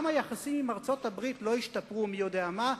גם היחסים עם ארצות-הברית לא ישתפרו מי יודע מה,